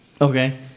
Okay